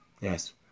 Yes